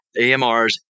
AMRs